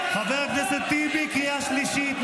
חבר הכנסת טיבי, קריאה שלישית.